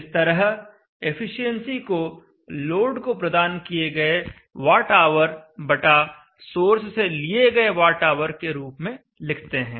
इस तरह एफिशिएंसी को लोड को प्रदान किए गए वॉट ऑवर बटा सोर्स से लिए गए वॉट ऑवर के रूप में लिखते हैं